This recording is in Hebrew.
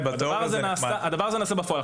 הדבר הזה נעשה בפועל.